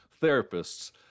therapists